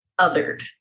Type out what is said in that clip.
othered